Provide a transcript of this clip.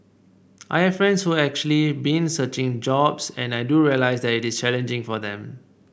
I have friends who have actually been searching jobs and I do realise that it is challenging for them